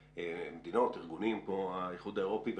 ארגונים כמו האיחוד האירופי,